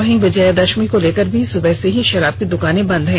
वहीं विजयादशमी को लेकर भी सुबह से ही शराब दुकाने बंद हैं